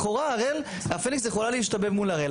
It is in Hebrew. לכאורה הפניקס יכולה להשתבב מול הראל,